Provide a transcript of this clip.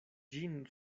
ĝin